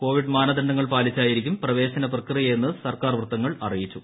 Covid മാനദണ്ഡങ്ങൾ പാലിച്ചായിരിക്കും പ്രവേശന പ്രക്രിയയെന്ന് സർക്കാർ വൃത്തങ്ങൾ അറിയിച്ചു